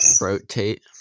rotate